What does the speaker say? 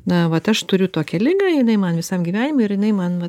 na vat aš turiu tokią ligą jinai man visam gyvenimui ir jinai man